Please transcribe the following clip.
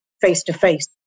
face-to-face